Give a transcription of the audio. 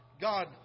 God